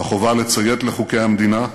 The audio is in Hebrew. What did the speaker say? החובה לציית לחוקי המדינה,